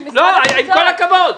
לא, עם כל הכבוד.